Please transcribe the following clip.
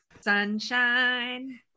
Sunshine